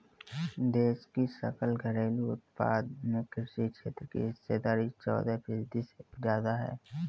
देश की सकल घरेलू उत्पाद में कृषि क्षेत्र की हिस्सेदारी चौदह फीसदी से ज्यादा है